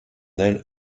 aile